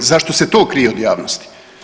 Zašto se to krije od javnosti?